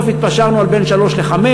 שנים, בסוף התפשרנו על בין שלוש לחמש.